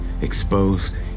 exposed